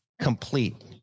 complete